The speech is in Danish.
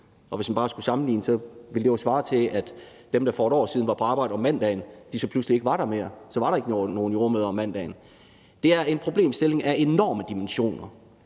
Og hvis man bare skulle sammenligne det, ville det jo svare til, at dem, der for et år siden var på arbejde om mandagen, pludselig ikke var der mere; så var der ikke nogen jordemødre om mandagen. Det er en problemstilling af enorme dimensioner,